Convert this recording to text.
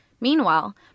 Meanwhile